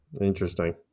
Interesting